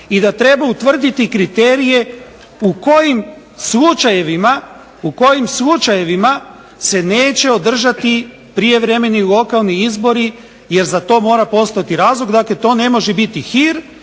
i da treba utvrditi kriterije u kojim slučajevima se neće održati prijevremeni lokalni izbori, jer za to mora postojati razlog, dakle to ne može biti hir